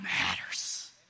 matters